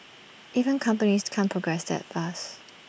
even companies can't progress that fast